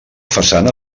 façana